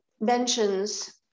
mentions